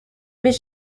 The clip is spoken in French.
mais